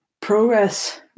progress